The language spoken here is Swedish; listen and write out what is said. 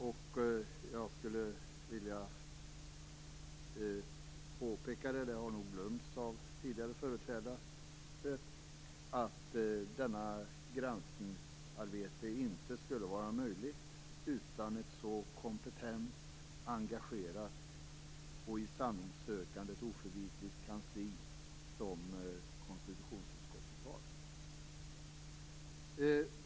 Jag vill påpeka - vilket nog har glömts bort av tidigare talare - att detta granskningsarbete inte skulle vara möjligt utan ett så kompetent, engagerat och i sanningssökandet oförvitligt kansli som konstitutionsutskottet har.